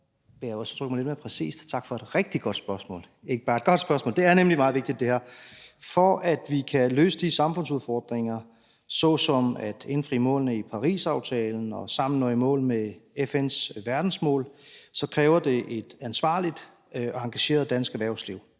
(Erhvervsministeren) Dan Jørgensen (fg.): Tak for et rigtig godt spørgsmål. Det her er nemlig meget vigtigt. For at vi kan løse de samfundsudfordringer, vi står over for, såsom at indfri målene i Parisaftalen og sammen nå i mål med FN's verdensmål, så kræver det et ansvarligt og engageret dansk erhvervsliv.